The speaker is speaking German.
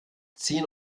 zehn